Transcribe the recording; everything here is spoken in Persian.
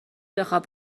بخواب